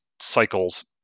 cycles